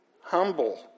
humble